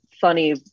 funny